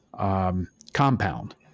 compound